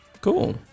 Cool